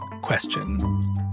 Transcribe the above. question